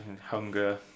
hunger